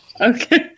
Okay